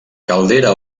caldera